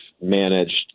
managed